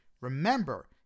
remember